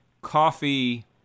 coffee